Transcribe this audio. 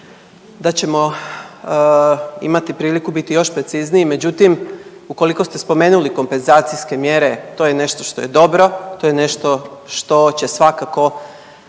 da ćemo imati priliku biti još precizniji, međutim ukoliko ste spomenuli kompenzacijske mjere to je nešto što je dobro, to je nešto što će svakako